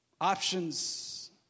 Options